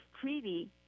treaty